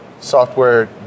software